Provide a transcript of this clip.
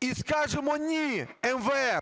і скажемо "ні" МВФ…